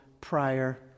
prior